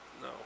No